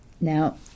Now